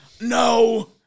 no